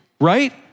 right